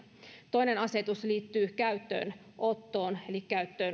toinen asetus liittyy käyttöönottoon eli